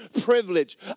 privilege